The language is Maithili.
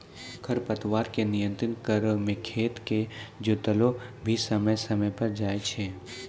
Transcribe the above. खरपतवार के नियंत्रण करै मे खेत के जोतैलो भी समय समय पर जाय छै